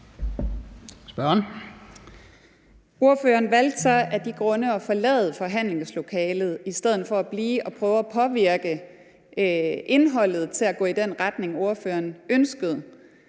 Ordføreren valgte så af de grunde at forlade forhandlingslokalet i stedet for at blive og prøve at påvirke indholdet til at gå i den retning, ordføreren ønskede